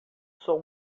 sou